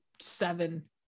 seven